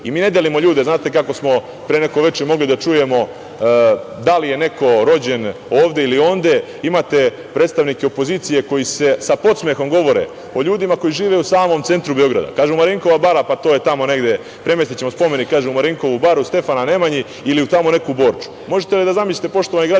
ne delimo ljude, znate kako smo pre neko veče mogli da čujemo da li je neko rođen ovde ili onde, imate predstavnike opozicije koji sa podsmehom govore o ljudima koji žive u samom centru Beograda. Kažu – Marinkova bara, pa to je tamo negde. Kažu – Premestićemo spomenik u Marinkovu baru Stefana Nemanje ili u tamo neku Borču. Možete li da zamislite, poštovani građani